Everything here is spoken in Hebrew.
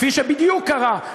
כפי שבדיוק קרה,